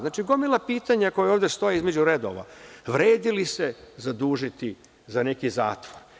Znači, gomila pitanja koja ovde stoji između redova, vredi li se zadužiti za neki zatvor?